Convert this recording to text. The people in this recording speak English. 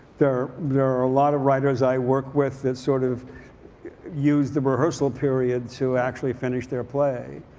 there there are a lot of writers i work with that sort of use the rehearsal period to actually finish their play.